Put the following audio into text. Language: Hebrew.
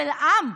של עם,